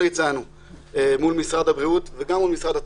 הצענו מול משרד הבריאות וגם מול משרד התיירות,